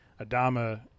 Adama